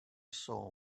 saw